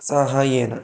सहायेन